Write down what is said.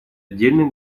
отдельных